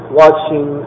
watching